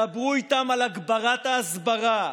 דברו איתם על הגברת ההסברה,